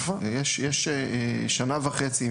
יש שנה וחצי,